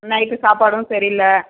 night சாப்பாடும் சரி இல்லை